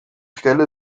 stelle